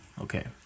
Okay